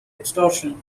extortion